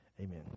amen